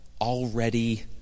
already